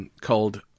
called